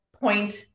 point